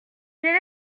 quel